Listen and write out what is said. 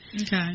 Okay